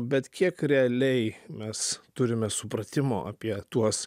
bet kiek realiai mes turime supratimo apie tuos